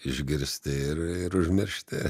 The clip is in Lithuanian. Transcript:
išgirsti ir ir užmiršti